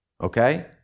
Okay